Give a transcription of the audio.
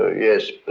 ah yes,